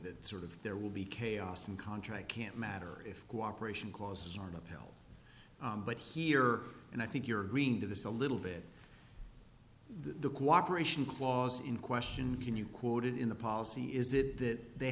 that sort of there will be chaos and contract can't matter if cooperation causes on appeal but here and i think you're going to this a little bit the cooperation clause in question can you quoted in the policy is that they